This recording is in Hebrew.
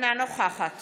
אינה נוכחת